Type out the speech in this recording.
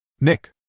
Nick